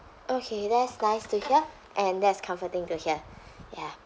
okay that's nice to hear and that's comforting to hear ya